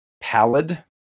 pallid